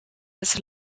des